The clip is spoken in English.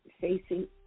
facing